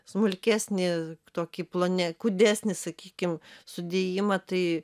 smulkesnė tokį plane kūdesnį sakykim sudėjimą tai